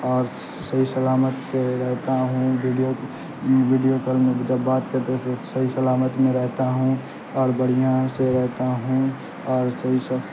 اور صحیح سلامت سے رہتا ہوں ویڈیو ویڈیو کال میں جب بات کرتے ہیں صحیح سلامت میں رہتا ہوں اور بڑھیا سے رہتا ہوں اور صحیح سے